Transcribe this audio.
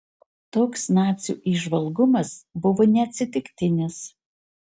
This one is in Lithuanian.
toks nacių įžvalgumas buvo neatsitiktinis